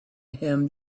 him